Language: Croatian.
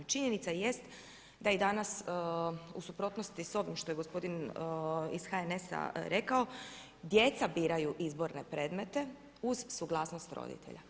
Činjenica jest da je i danas u suprotnosti s ovim što je gospodin iz HNS-a rekao, djeca biraju izborne predmete uz suglasnost roditelja.